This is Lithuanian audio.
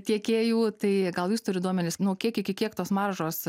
tiekėjų tai gal jūs turi duomenis nuo kiek iki kiek tos maržos